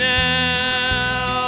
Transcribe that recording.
now